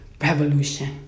revolution